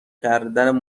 کردن